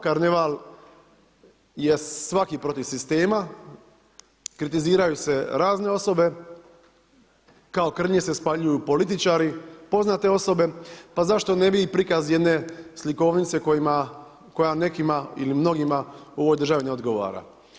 Karneval je svaki protiv sistema, kritiziraju se razne osobe, kao krnji se spaljuju političari, poznate osobe, pa zašto ne bi i prikaz jedne slikovnice koja nekima ili mnogima u ovoj državi ne odgovora.